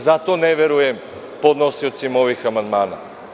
Zato ne verujem podnosiocima ovih amandmana.